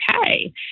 okay